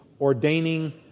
ordaining